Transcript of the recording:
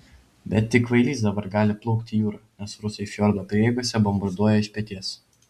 bet tik kvailys dabar gali plaukti į jūrą nes rusai fjordo prieigose bombarduoja iš peties